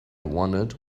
wanted